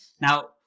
now